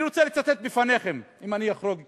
אני רוצה לצטט בפניכם, אם אני אחרוג קצת,